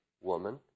woman